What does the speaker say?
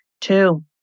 Two